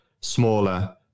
smaller